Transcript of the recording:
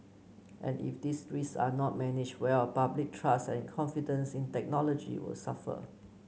and if these risks are not managed well public trust and confidence in technology will suffer